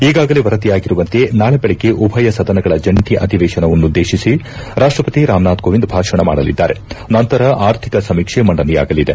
ಈಗಾಗಲೇ ವರದಿಯಾಗಿರುವಂತೆ ನಾಳೆ ದೆಳಗ್ಗೆ ಉಭಯ ಸದನಗಳ ಜಂಟಿ ಅಧಿವೇಶನವನ್ನುದ್ದೇಶಿಸಿ ರಾಷ್ಟಪತಿ ರಾಮನಾಥ್ ಕೋವಿಂದ್ ಭಾಷಣ ಮಾಡಲಿದ್ದಾರೆ ನಂತರ ಆರ್ಥಿಕ ಸಮೀಕ್ಷೆ ಮಂಡನೆಯಾಗಲಿದೆ